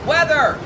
Weather